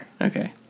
Okay